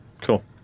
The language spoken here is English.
cool